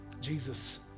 Jesus